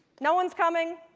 no one's coming,